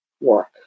work